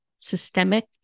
Systemic